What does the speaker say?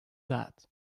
that